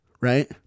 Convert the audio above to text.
right